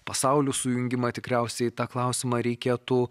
pasaulių sujungimą tikriausiai tą klausimą reikėtų